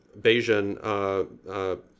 Bayesian